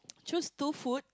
choose two food